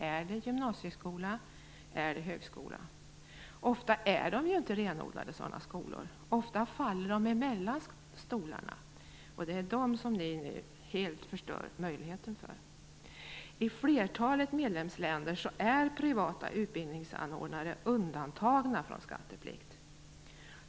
Är det en gymnasieskola? Är det en högskola? Ofta är de inte renodlade sådana skolor. Ofta faller de emellan stolarna. Dessa skolor förstör ni nu helt möjligheterna för. I flertalet medlemsländer är privata utbildningsanordnare undantagna från skatteplikt.